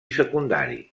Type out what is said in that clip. secundari